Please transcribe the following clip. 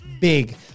big